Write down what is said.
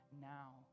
now